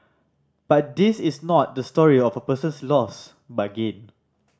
but this is not the story of a person's loss but gain